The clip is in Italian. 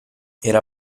era